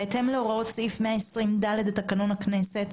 בהתאם להוראות 120ד לתקנון הכנסת,